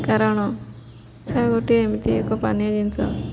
କାରଣ ସେ ଗୋଟେ ଏମିତି ଏକ ପାନୀୟ ଜିନିଷ